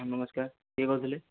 ହଁ ନମସ୍କାର କିଏ କହୁଥିଲେ